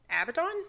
Abaddon